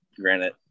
Granted